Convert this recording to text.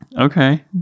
okay